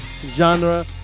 genre